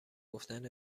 گفتن